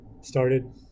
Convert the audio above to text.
started